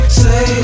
say